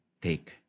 take